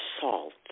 salt